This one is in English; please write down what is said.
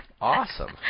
awesome